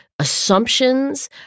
assumptions